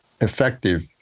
effective